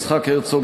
יצחק הרצוג,